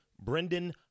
Brendan